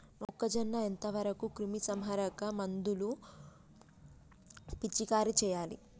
మొక్కజొన్న ఎంత వరకు క్రిమిసంహారక మందులు పిచికారీ చేయాలి?